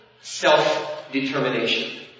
self-determination